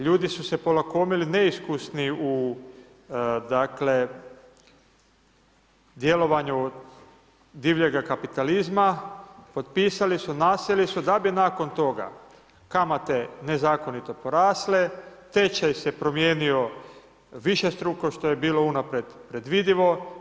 Ljudi su se polakomili neiskusni u djelovanju divljega kapitalizma, potpisali su, nasjeli su da bi nakon toga kamate nezakonito porasle, tečaj se promijenio višestruko što je bilo unaprijed predvidivo.